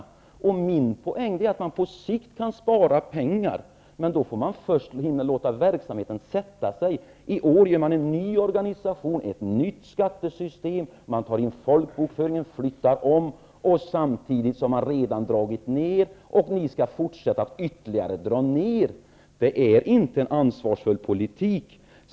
Poängen i mitt resonemang är att man på sikt kan spara pengar, men då får man först låta verksamheten sätta sig. I år får man en ny organisation och ett nytt skattesystem, man tar in folkbokföringen och man flyttar om, samtidigt som man redan har dragit ned, och ni vill fortsätta att dra ned ytterligare. Det är inte en ansvarsfull politik.